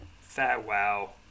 farewell